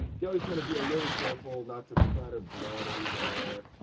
you always want to be a little careful not to splatter blood anywhere.